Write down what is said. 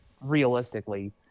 Realistically